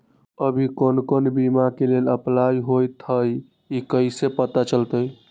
अभी कौन कौन बीमा के लेल अपलाइ होईत हई ई कईसे पता चलतई?